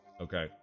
Okay